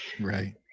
right